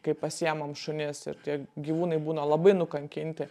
kaip pasiėmam šunis ir tie gyvūnai būna labai nukankinti